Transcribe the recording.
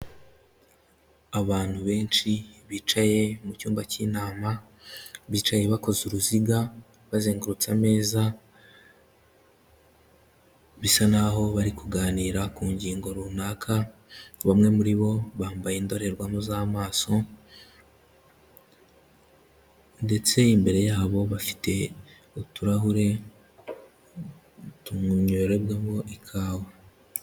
Abantu benshi bicaye mu cyumba k'inama, bicaye bakoze uruziga bazengururutse ameza, bisa naho bari kuganira ku ngingo runaka, bamwe muri bo bambaye indorerwamo z'amaso ndetse imbere yabo bafite uturahure tunywererwamo ikawa.